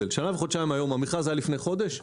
המכרז היה לפני חודש,